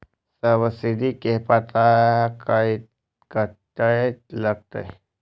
Subsidy के पता कतय से लागत?